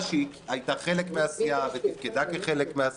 שהיא הייתה חלק מהסיעה ותפקדה כחלק מהסיעה.